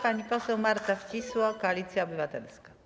Pani poseł Marta Wcisło, Koalicja Obywatelska.